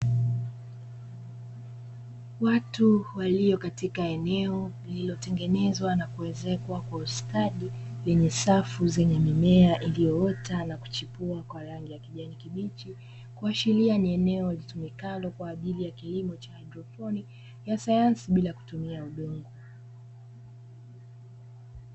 Watu walio katika eneo lililotengenezwa na kuezekwa kwa ustadi, lenye safu zenye mimea iliyoota na kuchipua kwa rangi ya kijani kibichi, kuashiria ni eneo litumikalo kwa ajili ya kilimo cha haidroponi, ya sayansi bila kutumia udongo.